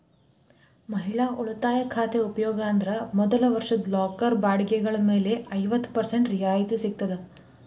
ಮಹಿಳಾ ಉಳಿತಾಯ ಖಾತೆ ಉಪಯೋಗ ಅಂದ್ರ ಮೊದಲ ವರ್ಷದ ಲಾಕರ್ ಬಾಡಿಗೆಗಳ ಮೇಲೆ ಐವತ್ತ ಪರ್ಸೆಂಟ್ ರಿಯಾಯಿತಿ ಸಿಗ್ತದ